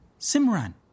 Simran